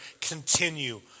Continue